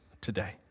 today